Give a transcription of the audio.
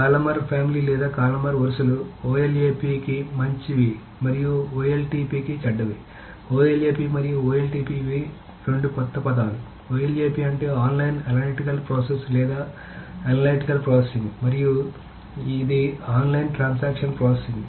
columnar family లేదా columnar వరుసలు OLAP కి మంచివి మరియు OLTP కి చెడ్డవి OLAP మరియు OLTP ఇవి రెండు కొత్త పదాలు OLAP అంటే ఆన్లైన్ అనలైటికల్ ప్రాసెసింగ్ లేదా అనలైటికల్ ప్రాసెసింగ్ మరియు ఇది ఆన్లైన్ ట్రాన్సాక్షన్ ప్రాసెసింగ్